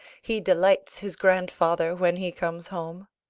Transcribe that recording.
he delights his grandfather when he comes home.